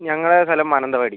ഞങ്ങളെ സ്ഥലം മാനന്തവാടി